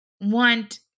want